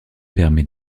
permet